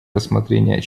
рассмотрение